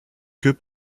queue